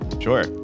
Sure